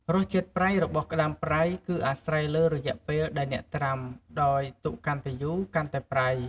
រសជាតិប្រៃរបស់ក្ដាមប្រៃ គឺអាស្រ័យលើរយៈពេលដែលអ្នកត្រាំ ដោយទុកយូរកាន់តែប្រៃ។